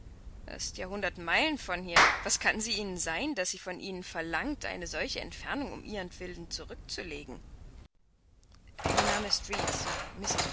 hundert meilen von hier was kann sie ihnen sein daß sie von ihnen verlangt eine solche entfernung um ihretwillen zurückzulegen ihr name ist